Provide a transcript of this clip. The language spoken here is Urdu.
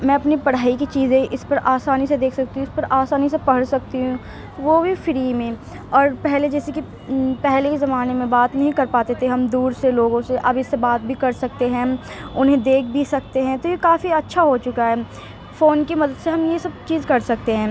میں اپنی پڑھائی کی چیزیں اس پر آسانی سے دیکھ سکتی ہوں اس پر آسانی سے پڑھ سکتی ہوں وہ بھی فری میں اور پہلے جیسے کہ پہلے کے زمانے میں بات نہیں کر پاتے تھے ہم دور سے لوگوں سے اب اس سے بات بھی کر سکتے ہیں انہیں دیکھ بھی سکتے ہیں تو یہ کافی اچھا ہو چکا ہے فون کی مدد سے ہم یہ سب چیز کر سکتے ہیں